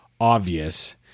obvious